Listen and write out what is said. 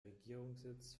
regierungssitz